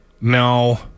No